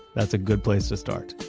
that's a good place to start.